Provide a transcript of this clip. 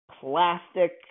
plastic